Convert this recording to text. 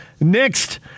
next